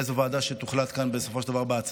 באיזה ועדה שיוחלט עליה כאן בהצבעה,